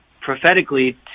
prophetically